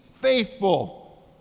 faithful